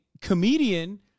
comedian